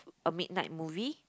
a midnight movie